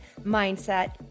mindset